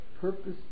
purpose